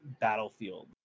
Battlefield